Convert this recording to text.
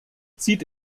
sieht